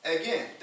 again